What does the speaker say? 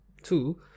two